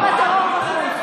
תתמוך בטרור בחוץ.